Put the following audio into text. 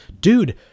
Dude